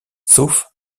sauf